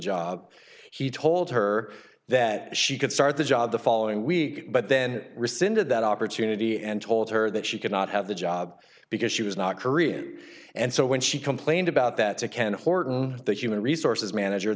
job he told her that she could start the job the following week but then rescinded that opportunity and told her that she could not have the job because she was not korean and so when she complained about that to ken horton the human resources manager